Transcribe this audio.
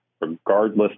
regardless